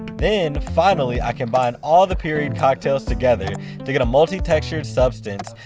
then finally i combine all the period cocktails together to get a multi-textured substance.